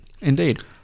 Indeed